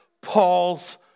Paul's